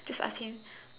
just ask him